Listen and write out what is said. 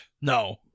No